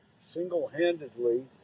single-handedly